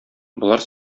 болар